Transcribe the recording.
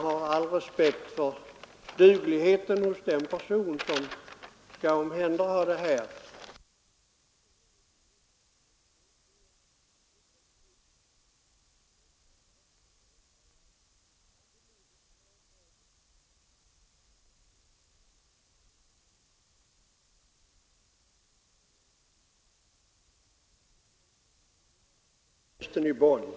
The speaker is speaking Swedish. I annat fall tror jag att regeringen motionsvägen årligen kommer att bli påmind om denna för regeringen mindre hedrande handläggning av ett så klart riksdagsbeslut.